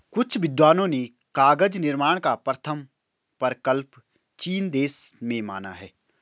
कुछ विद्वानों ने कागज निर्माण का प्रथम प्रकल्प चीन देश में माना है